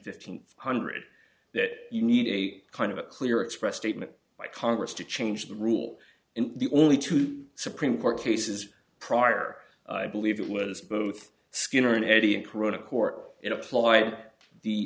fifteen hundred that you need a kind of a clear express statement by congress to change the rules in the only two supreme court cases prior i believe it was both skinner and eddie and corona court in applying the